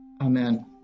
Amen